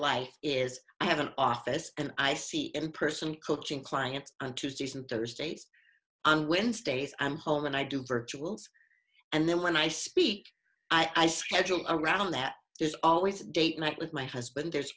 life is i have an office and i see in person coaching clients on tuesdays and thursdays and when states i'm home and i do virtual and then when i speak i schedule around there there's always a date night with my husband there's